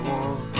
one